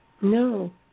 No